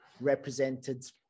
represented